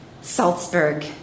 Salzburg